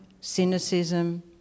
cynicism